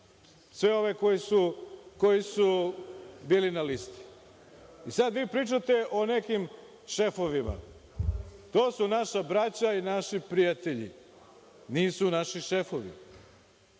sve ove koji su bili na listi. I, sada vi pričate o nekim šefovima. To su naša braća i naši prijatelji. Nisu naši šefovi. Moj